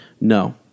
no